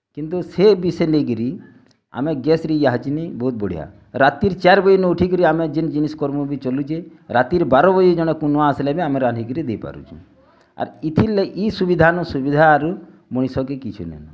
କିନ୍ତୁ ସେ ବିଶେ ନେଇକିରି ଆମେ ଗ୍ୟାସ୍ରେ ୟାହାଚିନି ବୋହୁତ୍ ବଢ଼ିଆ ରାତିର୍ ଚାର୍ ବଜେ ନ ଉଠିକିରି ଆମେ ଯେନ୍ ଜିନିଷ୍ କରମୁଁ ବି ଚଲୁଛେ ରାତିର୍ ବାର ବଜେ ଜନେ କୁନୁଆଁ ଆସିଲେ ବି ଆମେ ରାନ୍ଧିକିରି ଦେଇ ପାରୁଛୁଁ ଆର୍ ଇଥିର୍ ଲାଗି ଇସୁବିଧାନୁ ସୁବିଧାରୁ ମଣିଷ କେ କିଛି ନାଇଁନ